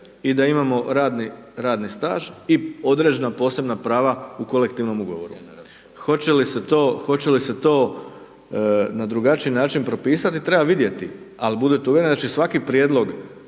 i da imamo radni staž i određena posebna prava u Kolektivnom ugovoru. Hoće li se to na drugačiji način propisati, treba vidjeti, ali budite uvjereni da će svaki prijedlog